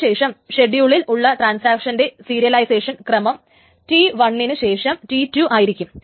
അതിനുശേഷം ഷെഡ്യൂളിൽ ഉള്ള ട്രാൻസാക്ഷൻറെ സീരിയലൈസേഷൻറെ ക്രമം T1 നുശേഷം T2 ആയിരിക്കും